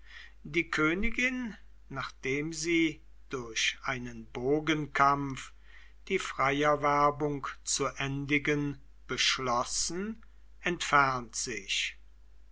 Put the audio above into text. die königin nachdem sie durch einen bogenkampf die freiwerbung zu endigen beschlossen entfernt sich